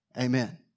Amen